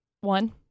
One